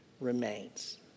remains